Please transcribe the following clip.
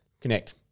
connect